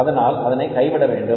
அதனால் அதனை கைவிட வேண்டும்